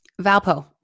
valpo